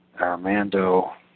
Armando